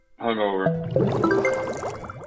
Hungover